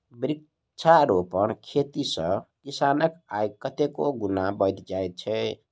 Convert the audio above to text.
वृक्षारोपण खेती सॅ किसानक आय कतेको गुणा बढ़ि जाइत छै